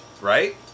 right